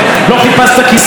לא חיפשת כיסא,